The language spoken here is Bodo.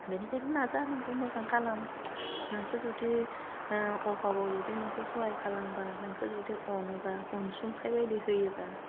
बेनिखायनो नाजा नोंबो मोजां खालाम नोंखौ जुदि ओह अबाबाव जुदि नोंखौ सहाय खालामबा नोंखौ जुदि अनोबा अनसुंथाइ बायदि होयोबा